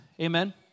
Amen